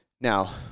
Now